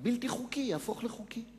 הבלתי-חוקי יהפוך לחוקי.